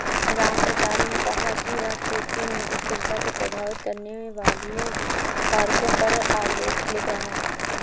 रामप्रसाद ने कहा कि वह खेती में स्थिरता को प्रभावित करने वाले कारकों पर आलेख लिख रहा है